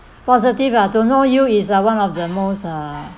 positive lah don't know you is uh one of the most ah